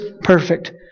perfect